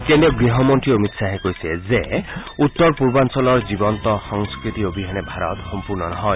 কেন্দ্ৰীয় গৃহমন্ৰী অমিত খাহে কৈছে যে উত্তৰ পূৰ্বাঞ্চলৰ জীৱন্ত সংস্থতি অবিহনে ভাৰত সম্পূৰ্ণ নহয়